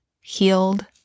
Healed